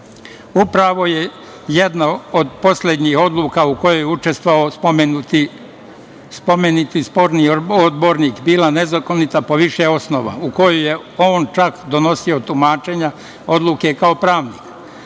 je jedna od poslednjih odluka u kojoj je učestvovao spomenuti sporni odbornik bila nezakonita po više osnova, u kojoj je on čak donosio tumačenja odluke kao pravnik.